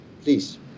Please